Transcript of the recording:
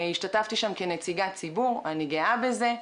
השתתפתי שם כנציגת ציבור, אני גאה בזה.